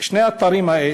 ושני האתרים האלה,